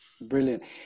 Brilliant